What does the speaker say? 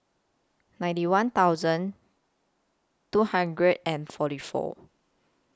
ninety one thousand two hundred and forty four